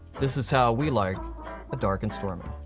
this is how we like a dark and stormy.